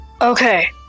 Okay